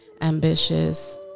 ambitious